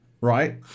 right